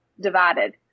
divided